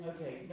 Okay